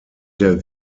der